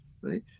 right